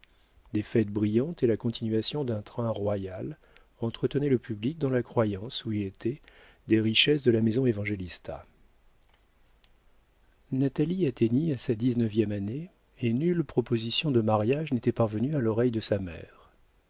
des fêtes brillantes et la continuation d'un train royal entretenaient le public dans la croyance où il était des richesses de la maison évangélista natalie atteignit à sa dix-neuvième année et nulle proposition de mariage n'était parvenue à l'oreille de sa mère